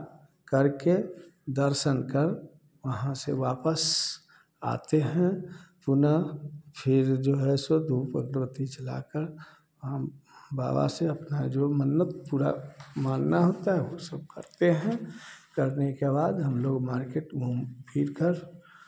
करके दर्शन कर वहाँ से वापस आते हैं पुनः फिर जो है सो उन पर दो तीज लाकर हम बाबा से अपना जो मन्नत पूरा मानना होता है वह सब करते हैं करने के बाद हम लोग मार्केट घूम फिरकर